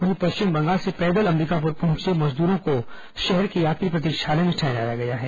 वहीं पश्चिम बंगाल से पैदल अंबिकापुर पहुंचे मजदूरों को शहर के यात्री प्रतीक्षालय में ठहराया गया है